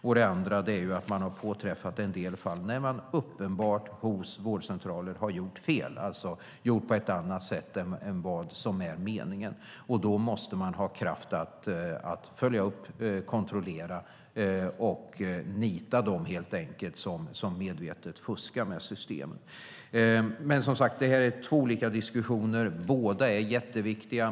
Man har även påträffat en del fall där vårdcentraler uppenbart har gjort fel, alltså gjort på ett annat sätt än vad som är meningen, och då måste man ha kraft att följa upp, kontrollera och helt enkelt nita dem som medvetet fuskar med systemen. Det här är som sagt två olika diskussioner. Båda är jätteviktiga.